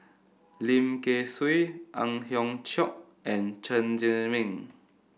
Lim Kay Siu Ang Hiong Chiok and Chen Zhiming